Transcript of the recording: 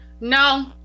No